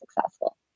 successful